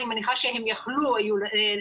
אני מניחה שהם יכלו לדעת,